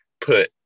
put